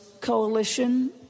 coalition